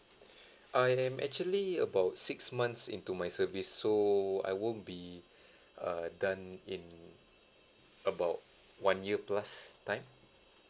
I am actually about six months into my service so I won't be uh done in about one year plus time